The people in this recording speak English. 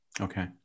Okay